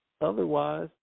Otherwise